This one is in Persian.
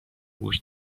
گوش